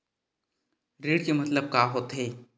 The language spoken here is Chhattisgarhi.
ऋण के मतलब का होथे?